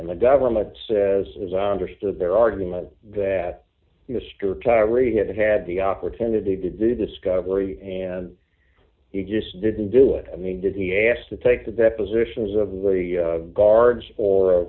and the government says as i understood their argument or read it had the opportunity to do discovery and you just didn't do it i mean did he asked to take the depositions of the guards d or